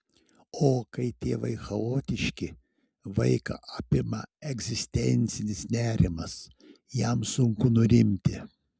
o kai tėvai chaotiški vaiką apima egzistencinis nerimas jam sunku nurimti